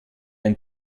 ein